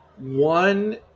One